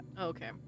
okay